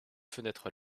fenêtres